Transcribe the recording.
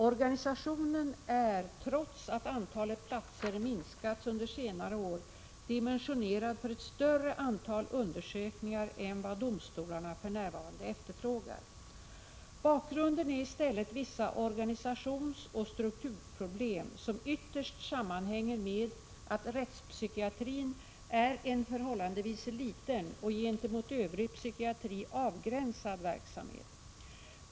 Organisationen är trots att antalet platser minskats under senare år dimensionerad för ett större antal undersökningar än vad domstolarna för närvarande efterfrågar. Bakgrunden är istället vissa organisationsoch strukturproblem som ytterst sammanhänger med att rättspsykiatrin är en förhållandevis liten och gentemot övrig psykiatri avgränsad verksamhet.